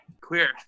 Queer